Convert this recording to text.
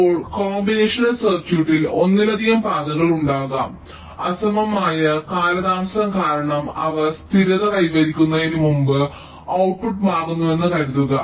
ഇപ്പോൾ കോമ്പിനേഷണൽ സർക്യൂട്ടിനുള്ളിൽ ഒന്നിലധികം പാതകൾ ഉണ്ടാകാം അസമമായ കാലതാമസം കാരണം അവ സ്ഥിരത കൈവരിക്കുന്നതിന് മുമ്പ് ഔട്ട്പുട്ട് മാറുന്നുവെന്ന് കരുതുക